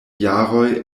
jaroj